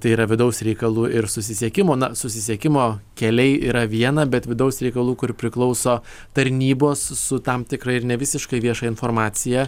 tai yra vidaus reikalų ir susisiekimo na susisiekimo keliai yra viena bet vidaus reikalų kur priklauso tarnybos su tam tikra ir ne visiškai vieša informacija